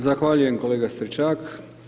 Zahvaljujem kolega Stričak.